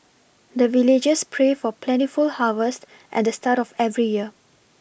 the villagers pray for plentiful harvest at the start of every year